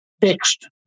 fixed